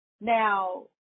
Now